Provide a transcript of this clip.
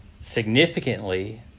significantly